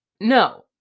no